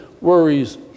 worries